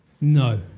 No